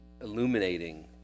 illuminating